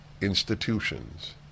institutions